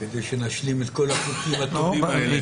כדי שנשלים את כל החוקים הטובים האלה.